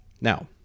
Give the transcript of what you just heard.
Now